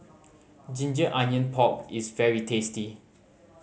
ginger onion pork is very tasty